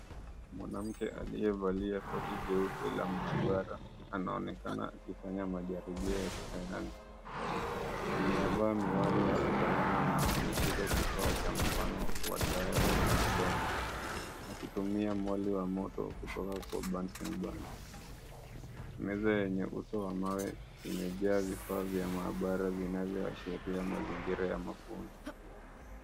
Mwanamke aliyevalia koti jeupe la maabara anaonekana akifanya majaribio ya kisayansi. Ameyavaa miwani ya usalama na ameshika kifaa cha mfano wa skull ya binadamu akitumia mwale wa moto kutoka kwa bunsen burner . Meza yenye uso wa mawe imejaa vifaa vya maabara vinavyoashiria mazingira ya mafunzo.